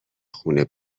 خونه